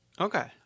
Okay